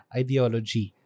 ideology